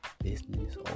business